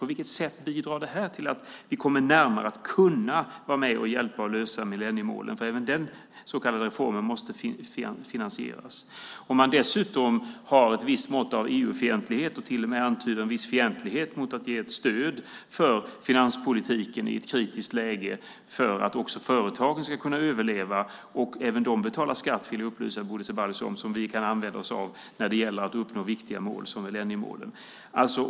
På vilket sätt bidrar det till att vi kommer närmare möjligheten att hjälpa till att lösa millenniemålen, för även den så kallade reformen måste finansieras. Dessutom finns det ett mått av EU-fientlighet och till och med en antydan till viss fientlighet mot att ge ett stöd för finanspolitiken i ett kritiskt läge för att också företagen ska kunna överleva. Även de betalar skatt, vill jag upplysa Bodil Ceballos om, som vi kan använda oss av för att uppnå viktiga mål som millenniemålen.